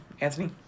Anthony